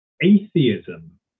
Atheism